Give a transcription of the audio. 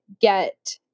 get